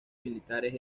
militares